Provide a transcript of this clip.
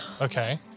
Okay